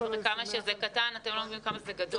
כמה שזה קטן, אתם לא מבינים כמה זה גדול.